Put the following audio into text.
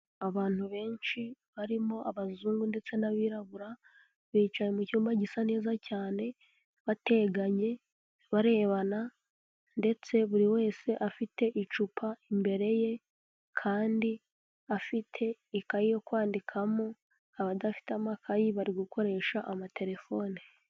Abantu benshi barimo abazungu ndetse n'abirabura, bicaye mu cyumba gisa neza cyane, bateganye, barebana, ndetse buri wese afite icupa imbere ye, kandi afite ikayi yo kwandikamo, abadafite amakayi, bari gukoresha amatelefone.